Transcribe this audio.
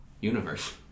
universe